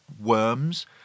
worms